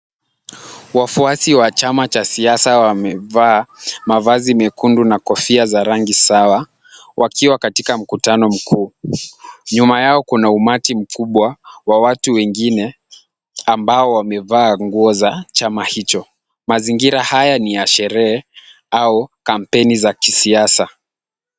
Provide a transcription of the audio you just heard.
Wafuasi wa chama cha siasa wamevaa mavazi mekundu na kofia za rangi sawa wakiwa katika mkutano mkuu. Nyuma yao kuna umati mkubwa wa watu wengine, ambao wamevaa nguo za chama hicho. Mazingira haya ni ya sherehe au kampeni za kisiasa.